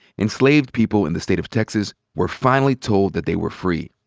enslaved people in the state of texas were finally told that they were free.